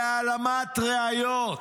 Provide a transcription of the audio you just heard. להעלמת ראיות.